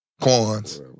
coins